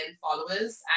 followers